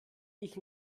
ich